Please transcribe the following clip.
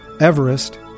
Everest